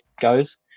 goes